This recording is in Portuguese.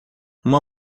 uma